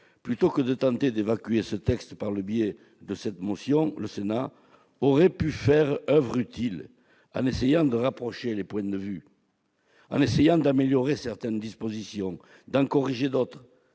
plutôt que de tenter d'évacuer ce texte par le biais d'une motion, aurait pu faire oeuvre utile, en essayant de rapprocher les points de vue, d'améliorer certaines dispositions et d'en corriger d'autres.